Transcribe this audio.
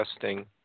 testing